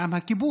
מה עם הכיבוש?